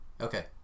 okay